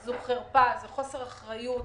זו חרפה, זה חוסר אחריות